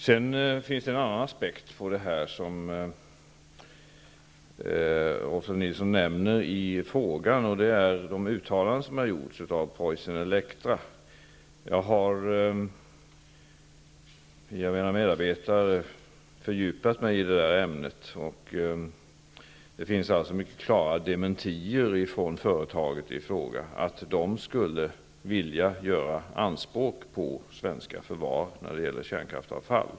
Det finns en annan aspekt på det här som Rolf L. Nilson nämner i frågan, och det är de uttalanden som har gjorts av Preussen-Elektra. Jag har via mina medarbetare fördjupat mig i det ämnet. Företaget i fråga har mycket klart dementerat att det skulle vilja göra anspråk på svenska förvar för kärnkraftsavfall.